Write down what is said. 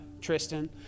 Tristan